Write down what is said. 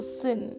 sin